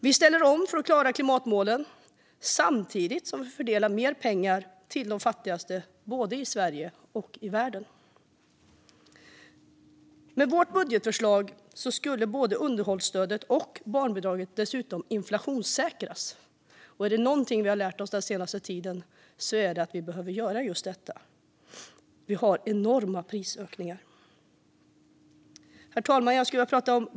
Vi ställer om för att klara klimatmålen samtidigt som vi fördelar mer pengar till de fattigaste både i Sverige och i världen. Med vårt budgetförslag skulle både underhållsstödet och barnbidraget dessutom inflationssäkras, och är det någonting vi lärt oss den senaste tiden är det att vi behöver göra just det. Vi har enorma prisökningar. Herr talman!